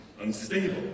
Unstable